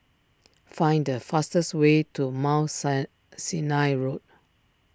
find the fastest way to Mount Sinai Road